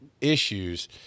issues